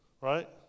Right